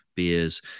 beers